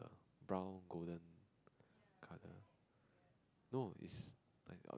brown golden colour no it's like